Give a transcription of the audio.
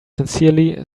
sincerely